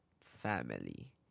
family